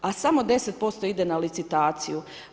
A samo 10% ide na licitaciju.